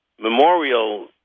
memorial